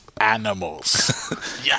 animals